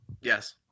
Yes